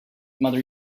mother